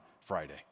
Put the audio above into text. Friday